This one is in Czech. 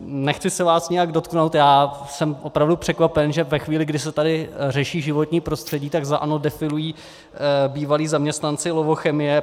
Nechci se vás nijak dotknout, já jsem opravdu překvapen, že ve chvíli, kdy se tady řeší životní prostředí, tak za ANO defilují bývalí zaměstnanci Lovochemie.